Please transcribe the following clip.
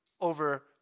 over